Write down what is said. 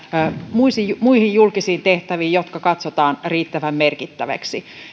muihin muihin julkisiin tehtäviin jotka katsotaan riittävän merkittäviksi